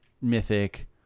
mythic